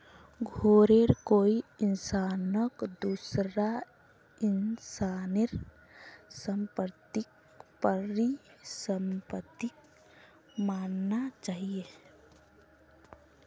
घरौंक कोई इंसानक दूसरा इंसानेर सम्पत्तिक परिसम्पत्ति मानना चाहिये